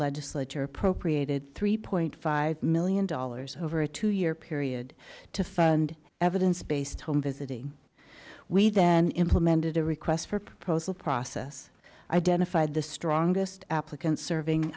legislature appropriated three point five million dollars over a two year period to fund evidence based on visiting we then implemented a request for proposal process identified the strongest applicant serving